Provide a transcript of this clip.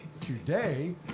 today